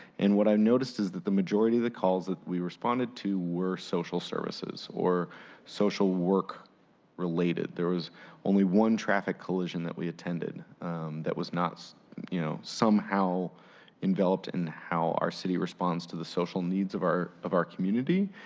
and what i noticed is the majority of the calls we responded to were social services, or social work related. there was only one traffic collision that we attended that was not you know somehow enveloped in how our city responds to the social needs of our of our community.